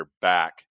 back